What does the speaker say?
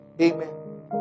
Amen